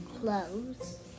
clothes